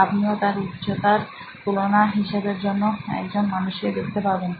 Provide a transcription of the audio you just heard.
আপনিও তার উচ্চতার তুলনা হিসেবের জন্য একজন মানুষকে দেখতে পাবেন